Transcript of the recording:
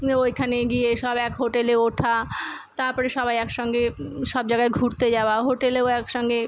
নিয়ে ওইখানে গিয়ে সব এক হোটেলে ওঠা তারপরে সবাই একসঙ্গে সব জায়গায় ঘুরতে যাওয়া হোটেলেও একসঙ্গে